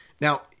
Now